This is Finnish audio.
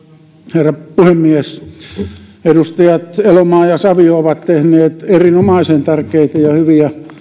herra puhemies edustajat elomaa ja savio ovat tehneet erinomaisen tärkeitä ja hyviä